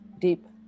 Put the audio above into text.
deep